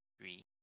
Three